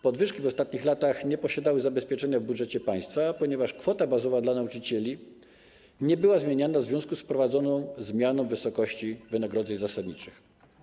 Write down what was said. Podwyżki w ostatnich latach nie miały zabezpieczenia w budżecie państwa, ponieważ kwota bazowa dla nauczycieli nie była zmieniana w związku z wprowadzoną zmianą wysokości wynagrodzeń zasadniczych.